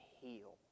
heal